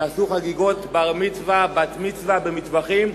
שעשו חגיגות בר-מצווה, בת-מצווה, במטווחים.